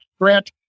Grant